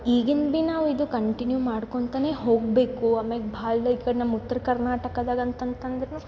ಈಗಿನ ಬಿ ನಾವು ಇದು ಕಂಟಿನ್ಯೂ ಮಾಡ್ಕೊತನೇ ಹೋಗಬೇಕು ಆಮೇಲೆ ಭಾಳ ಈ ಕಡೆ ನಮ್ಮ ಉತ್ತರ ಕರ್ನಾಟಕದಾಗ ಅಂತಂತಂದ್ರೂ